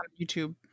YouTube